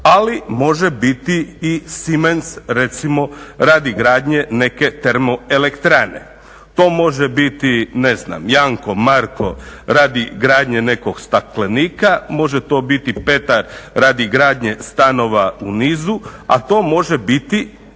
ali može biti i Simens recimo radi gradnje neke termoelektrane. To može biti ne znam Janko, Marko radi gradnje nekog staklenika, može biti Petar radi gradnje stanova u nizu, a to može biti